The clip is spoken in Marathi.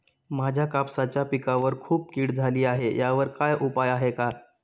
माझ्या कापसाच्या पिकावर खूप कीड झाली आहे यावर काय उपाय आहे का?